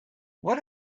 what